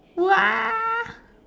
!wah!